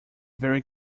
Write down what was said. very